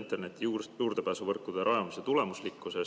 interneti juurdepääsuvõrkude rajamise tulemuslikkuse